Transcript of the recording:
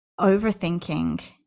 overthinking